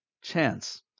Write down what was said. Chance